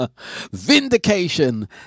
Vindication